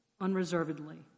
unreservedly